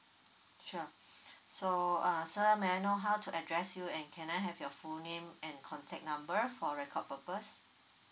sure so uh sir may I know how to address you and can I have your full name and contact number for record purpose